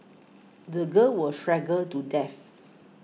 the girl was strangled to death